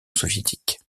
soviétique